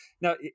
Now